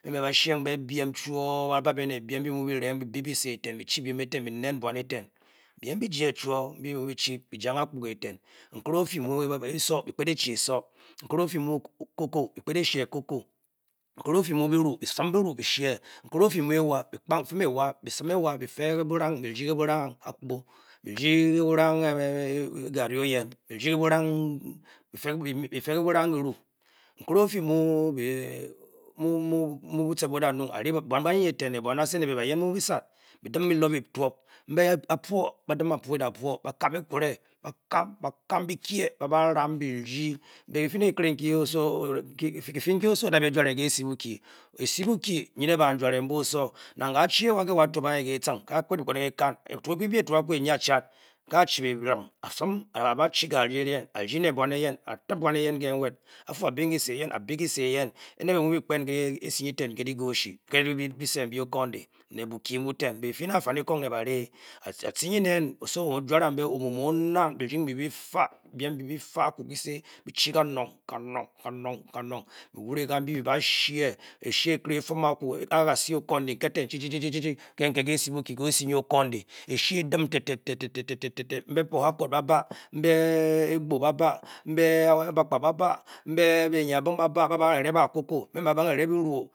Mbe ba' sheeing be byiem chwo. byiem nbyi byi mu byi reng byi bi-by se. eten byi chi byiem eten byi nen bwan eten byiem byi je chuo bi-byi chi byi jang akpuga eiten nkene ofyi mu. esok byi kpet e-chi esok. wkere o'fyi mu cocoa byi kpet e-shee cocoa nkere o'fyi mu'byiru byi-sinu byuru byi shee nkere ofyi mu ewa. byisim ewa byi fe ke a'kpu, ne'ke garri. byi'fo ke'bwrang kyira. nkere o'fyi mu. e'ten mbe a-cé ne mbe-byicat byi dim byilop etwop. mge'dim a'buo e-buo. ba-kam ekwure. ba'kam byikyê ba baram byi kyi be-kyifi nkyi osowo o'da jware ke efi bukyi. esi bukyi nyi ne'baunjuėrė mbe. osowo nang ka-chiewa ke wo achwop ke e-chin e'byi etu kaku nyi a'chat ka'chi byirim a'sim a'bachi garri eyen a'ryi ne'bwan eyen. a'tim bwan eyen ke nwet a'fu a'bi kesé eyen a'bi kyise eyen enē ke. mu'byi kpem ke esi nyi ete'n nyi bukyi ke o okundi. byifi ne afanekong ne baryi a-ci nyn nen osowo bu-o-juarang be-omu'mu'onang'ng byuning nbyi byi fa'byiem bi-byi fa a'ku kesi bichi kanong byi wure byi ba-shee e-shee ekere e'fum aku ba nbe porthacourt. nbe Igbo. mbe-ke esi bukyi ke'esi okundi ba'barye ba-cocoa.